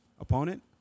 Opponent